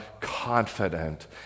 confident